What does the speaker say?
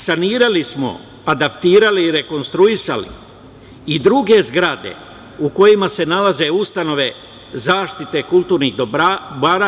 Sanirali smo, adaptirali i rekonstruisali i druge zgrade u kojima se nalaze ustanove zaštite kulturnih dobara.